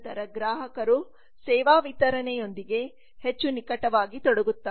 ನಂತರ ಗ್ರಾಹಕರು ಸೇವಾ ವಿತರಣೆಯೊಂದಿಗೆ ಹೆಚ್ಚು ನಿಕಟವಾಗಿ ತೊಡಗುತ್ತಾರೆ